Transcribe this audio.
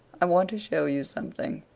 i want to show you something.